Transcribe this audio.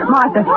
Martha